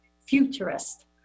futurist